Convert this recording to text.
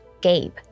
Gabe